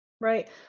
right